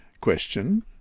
Question